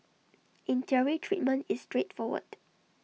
in theory treatment is straightforward